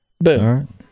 Boom